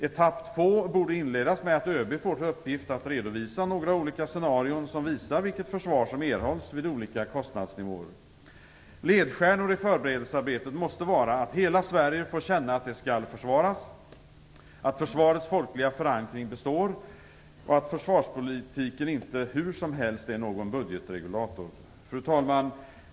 Etapp två borde inledas med att ÖB får till uppgift att redovisa några olika scenarion som visar vilket försvar som erhålls vid olika kostnadsnivåer. Ledstjärnor i förberedelsearbetet måste vara att hela Sverige får känna att det skall försvaras, att försvarets folkliga förankring består, och att försvarspolitiken hur som helst inte är någon budgetregulator. Fru talman!